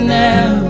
now